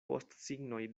postsignoj